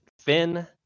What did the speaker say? Finn